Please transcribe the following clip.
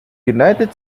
united